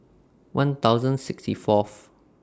one thousand sixty Fourth